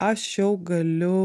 aš jau galiu